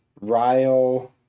Rio